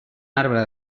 arbre